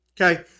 Okay